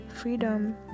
freedom